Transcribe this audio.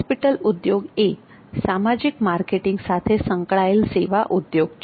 hospital ઉદ્યોગ એ સામાજિક માર્કેટિંગ સાથે સંકળાયેલ સેવા ઉદ્યોગ છે